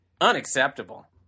unacceptable